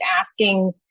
asking